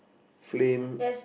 flame